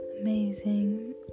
amazing